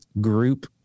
group